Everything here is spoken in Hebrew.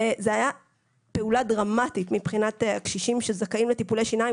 זו הייתה פעולה דרמטית מבחינת הקשישים שזכאים לטיפולי שיניים.